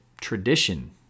tradition